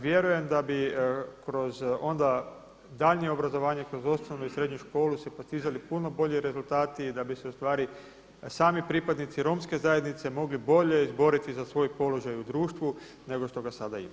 Vjerujem da bi kroz onda daljnje obrazovanje kroz osnovnu i srednju školu se postizali puno bolji rezultati i da bi se ustvari sami pripadnici romske zajednice mogli bolje izboriti za svoj položaj u društvu nego što ga sada imaju.